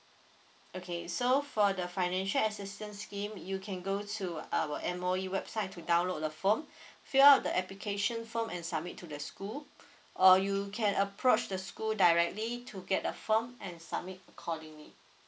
okay so for the financial assistance scheme you can go to our M_O_E website to download the form fill up the application form and submit to the school or you can approach the school directly to get a form and submit accordingly